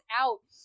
out